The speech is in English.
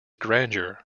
grandeur